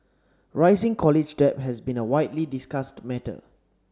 rising college debt has been a widely discussed matter